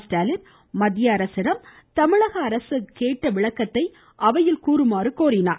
ஸ்டாலின் மத்திய அரசிடம் தமிழக அரசு கேட்ட விளக்கத்தை அவையில் கூறுமாறு கோரினார்